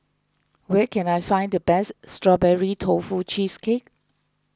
where can I find the best Strawberry Tofu Cheesecake